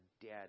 dead